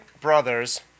brothers